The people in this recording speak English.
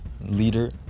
leader